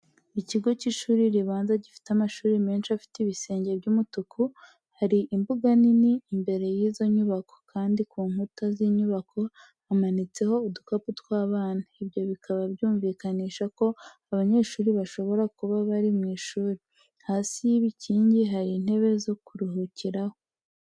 Ikigo cy'ishuri ribanza gifite amahuri menshi afite ibisenge by'umutuku, hari imbuga nini imbere y'izo nyubako, kandi ku nkuta z'inyubako hamanitseho udukapu tw'abana, ibyo bikaba byumvikanisha ko abanyeshuri bashobora kuba bari mu ishuri. Hasi y'ibikingi hari intebe zo kuruhukiraho.